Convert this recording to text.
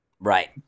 Right